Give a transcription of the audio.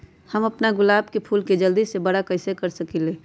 हम अपना गुलाब के फूल के जल्दी से बारा कईसे कर सकिंले?